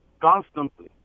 constantly